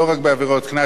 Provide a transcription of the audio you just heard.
כפי שקבוע היום בחוק,